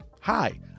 Hi